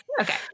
Okay